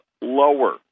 lower